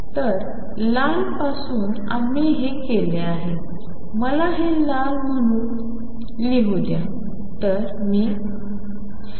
तर लाल पासून आम्ही हे केले आहे मला हे लाल म्हणून लिहू द्या